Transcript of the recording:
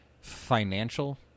financial